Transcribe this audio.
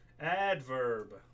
Adverb